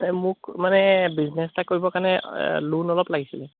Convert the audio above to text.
মোক মানে বিজনেচ এটা কৰিবৰ কাৰণে লোন অলপ লাগিছিল